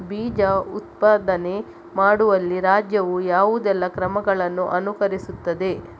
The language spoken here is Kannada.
ಬೀಜ ಉತ್ಪಾದನೆ ಮಾಡುವಲ್ಲಿ ರಾಜ್ಯವು ಯಾವುದೆಲ್ಲ ಕ್ರಮಗಳನ್ನು ಅನುಕರಿಸುತ್ತದೆ?